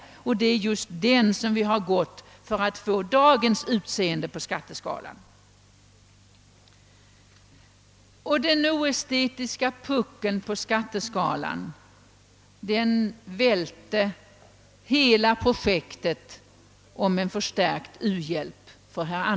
Dagens utseende på skatteskalorna har åstadkommits just genom ett dylikt förfaringssätt. lan välte för herr Andersons del hela projektet om en förstärkt u-hjälp.